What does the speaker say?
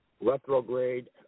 retrograde